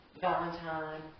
Valentine